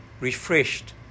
refreshed